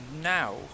now